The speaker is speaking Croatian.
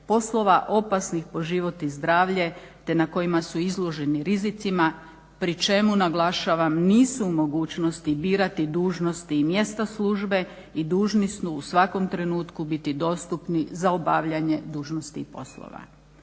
poslova opasnih po život i zdravlje, te na kojima su izloženi rizicima. Pri čemu naglašavam nisu u mogućnosti birati dužnosti i mjesta službe i dužni su u svakom trenutku biti dostupni za obavljanje dužnosti i poslova."